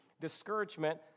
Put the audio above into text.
discouragement